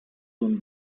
soon